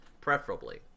preferably